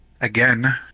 again